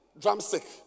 drumstick